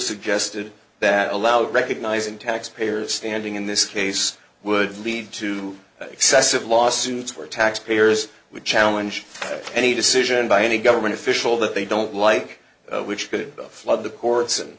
suggested that allowed recognizing taxpayer standing in this case would lead to excessive lawsuits where taxpayers would challenge any decision by any government official that they don't like which could flood the courts and